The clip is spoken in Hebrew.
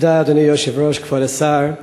אדוני היושב-ראש, תודה, כבוד השר,